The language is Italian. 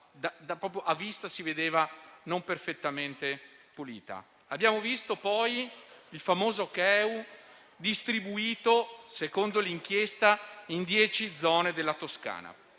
visibilmente non perfettamente pulita. Abbiamo visto poi il famoso *keu* distribuito, secondo l'inchiesta, in dieci zone della Toscana.